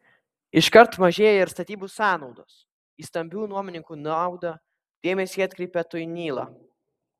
iškart mažėja ir statybų sąnaudos į stambių nuomininkų naudą dėmesį atkreipia tuinyla